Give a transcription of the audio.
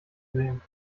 gesehen